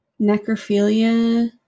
necrophilia